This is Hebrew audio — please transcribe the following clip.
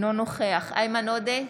אינו נוכח איימן עודה,